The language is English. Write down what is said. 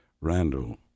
Randall